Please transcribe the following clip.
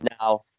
now